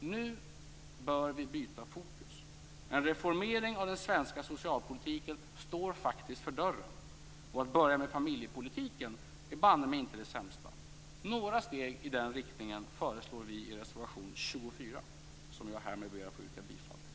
Nu bör vi byta fokus. En reformering av den svenska socialpolitiken står faktiskt för dörren. Och att börja med familjepolitiken är banne mig inte det sämsta. Några steg i den riktningen föreslår vi i reservation 24, som jag härmed ber att få yrka bifall till.